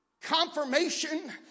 Confirmation